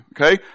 okay